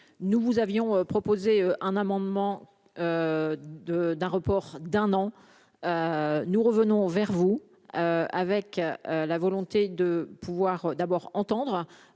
nous vous avions proposé un amendement de d'un report d'un an, nous revenons vers vous avec la volonté de pouvoir d'abord entendre